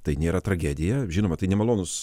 tai nėra tragedija žinoma tai nemalonūs